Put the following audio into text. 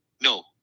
No